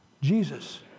Jesus